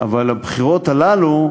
אבל הבחירות האלה,